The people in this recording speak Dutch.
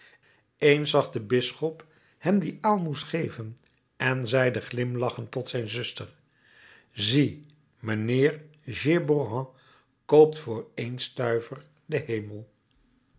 eens zag de bisschop hem die aalmoes geven en zeide glimlachend tot zijn zuster zie mijnheer géborand koopt voor een stuiver den hemel